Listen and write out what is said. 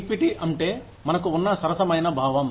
equity అంటే మనకు ఉన్న సరసమైన భావం